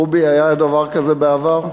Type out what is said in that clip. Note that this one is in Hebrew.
רובי, היה דבר כזה בעבר?